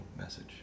message